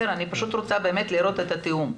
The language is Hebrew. אני פשוט רוצה לראות את התיאום.